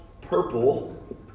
purple